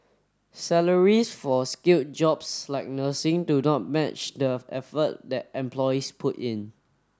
salaries for skilled jobs like nursing do not match the effort that employees put in